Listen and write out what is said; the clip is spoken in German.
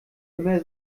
immer